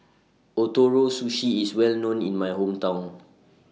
Ootoro Sushi IS Well known in My Hometown